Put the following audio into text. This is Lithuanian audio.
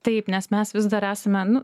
taip nes mes vis dar esame nu